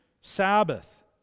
Sabbath